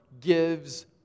gives